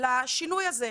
לשינוי הזה.